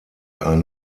ein